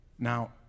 Now